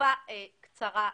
תקופה קצרה יותר.